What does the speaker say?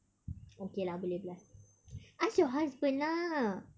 okay lah boleh boleh ask your husband lah